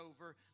over